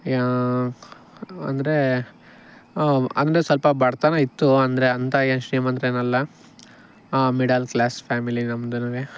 ಅಂದರೆ ಅಂದರೆ ಸ್ವಲ್ಪ ಬಡತನ ಇತ್ತು ಅಂದರೆ ಅಂತ ಏನು ಶ್ರೀಮಂತರೇನಲ್ಲ ಮಿಡಲ್ ಕ್ಲಾಸ್ ಫ್ಯಾಮಿಲಿ ನಮ್ದುನುನೇ